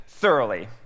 thoroughly